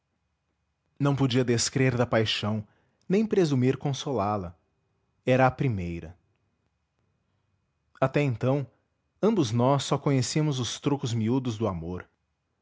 não podia descrer da paixão nem presumir consolá-la era a primeira até então ambos nós só conhecíamos os trocos miúdos do amor